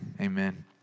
amen